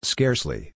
Scarcely